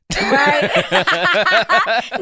right